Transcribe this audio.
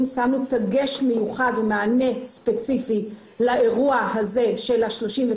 שמנו דגש מיוחד ומענה ספציפי לאירוע הזה של ה-39,